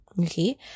Okay